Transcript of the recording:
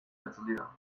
katılıyor